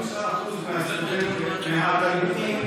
25% מהתלמידים